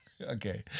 Okay